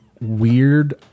weird